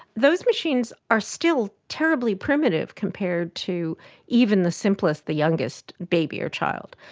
those machines are still terribly primitive compared to even the simplest, the youngest baby or child.